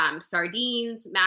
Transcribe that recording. Sardines